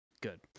good